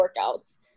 workouts